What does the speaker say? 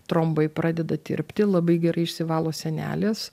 trombai pradeda tirpti labai gerai išsivalo sienelės